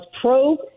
Pro